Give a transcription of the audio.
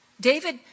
David